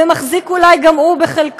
ואולי גם הוא מחזיק,